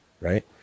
right